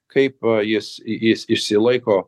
kaip jis jis išsilaiko